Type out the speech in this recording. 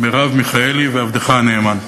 מרב מיכאלי ועבדך הנאמן,